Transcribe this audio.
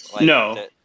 No